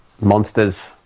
Monsters